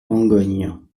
langogne